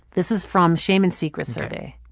this is from shame and secrets survey.